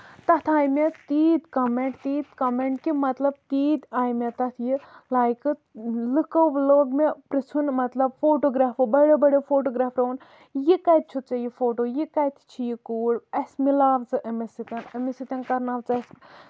تَتھ آے مےٚ تیٖتۍ کمینٹ تیٖتۍ کمینٹ کہِ مطلب تیٖتۍ آے مےٚ تَتھ یہِ لایکہٕ لُکو لوٚگ مےٚ پرژھُن مطلب فوٹوگریفو بَڑیو بَڑیو فوٹوگرافرو ووٚن یہِ کَتہِ چھُتھ ژےٚ یہِ فوٹو یہِ کَتہِ چھِ یہِ کوٗر اَسہِ مِلاو ژٕ أمِس سۭتۍ أمِس سۭتۍ کرناو ژٕ اَسہِ